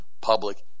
public